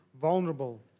vulnerable